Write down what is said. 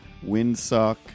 windsock